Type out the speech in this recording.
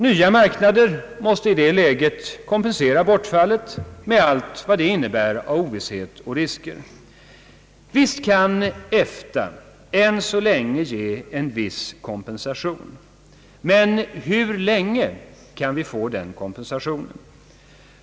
Nya marknader måste i det läget kompensera bortfallet med allt vad det innebär av ovisshet och risker. Visst kan EFTA än så länge ge en viss kompensation, men hur länge kan vi få den kompensationen?